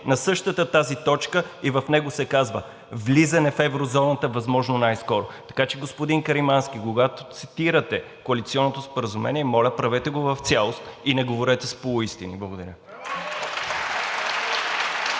на същата тази точка, и в него се казва: „Влизане в еврозоната възможно най-скоро.“ Така че, господин Каримански, когато цитирате коалиционното споразумение, моля, правете го в цялост и не говорете с полуистини. Благодаря.